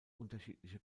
unterschiedliche